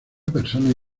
personas